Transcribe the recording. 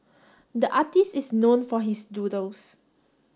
the artist is known for his doodles